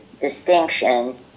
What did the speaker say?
distinction